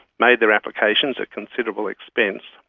made their applications at considerable expense,